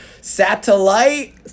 Satellite